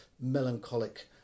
melancholic